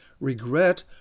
regret